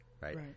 right